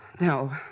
No